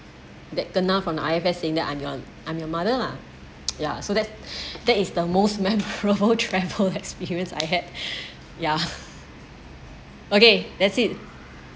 that kena from the I_F_S saying that I'm your I'm your mother lah ya so that's that is the most memorable travel experience I had yeah okay that's it